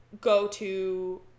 go-to